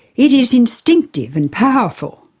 it is instinctive and powerful,